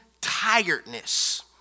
tiredness